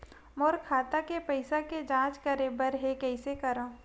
मोर खाता के पईसा के जांच करे बर हे, कइसे करंव?